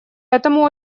этому